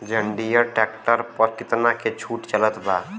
जंडियर tractor पर कितना के छूट चलत बा?